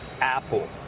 Apple